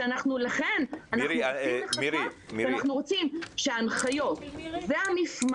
ולכן אנחנו רוצים לחכות כי אנחנו רוצים שההנחיות והמבחן